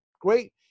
great